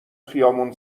خیابون